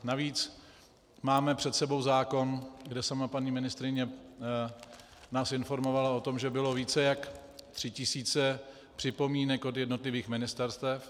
Navíc máme před sebou zákon, kde sama paní ministryně nás informovala o tom, že bylo více jak tři tisíce připomínek od jednotlivých ministerstev.